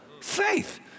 faith